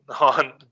on